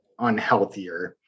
unhealthier